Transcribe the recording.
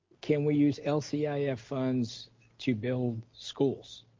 can we use lcif ah yeah funds to build schools?